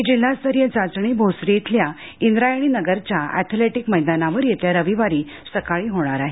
ही जिल्हास्तरीय चाचणी भोसरी इथल्या इंद्रायणीनगरच्या अँथलेटीक मैदानावर येत्या रविवारी सकाळी होणार आहे